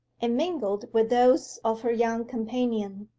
and mingled with those of her young companion,